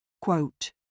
Quote